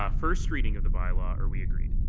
um first reading of the bylaw are we agreed?